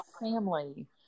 family